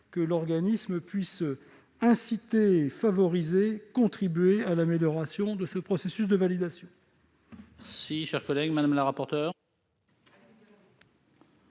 que l'organisme puisse contribuer à l'amélioration de ce processus de validation.